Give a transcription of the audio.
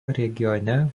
regione